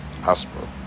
Hospital